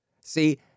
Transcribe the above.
See